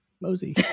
Mosey